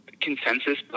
consensus